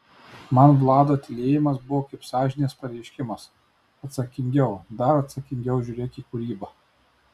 man vlado tylėjimas buvo kaip sąžinės pareiškimas atsakingiau dar atsakingiau žiūrėk į kūrybą